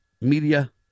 media